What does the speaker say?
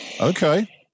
okay